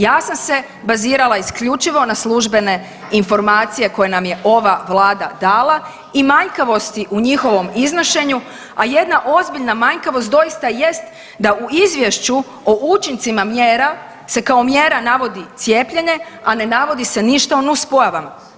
Ja sam se bazirala isključivo na službene informacije koje nam je ova Vlada dala i manjkavosti u njihovom iznošenju, a jedna ozbiljna manjkavost doista jest da u Izvješću o učincima mjera se kao mjera navodi cijepljenje, a ne navodi se ništa o nuspojavama.